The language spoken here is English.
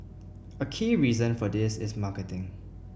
a key reason for this is marketing